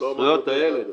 שלום וברוכים הבאים.